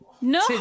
no